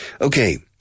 Okay